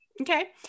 Okay